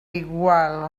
igual